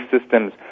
systems